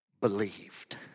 believed